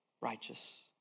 righteous